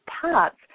parts